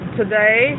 today